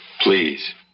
please